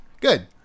Good